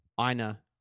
Ina